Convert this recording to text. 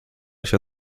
się